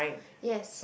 yes